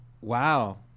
Wow